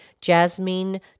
Jasmine